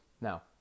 Now